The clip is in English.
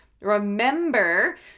Remember